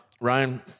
Ryan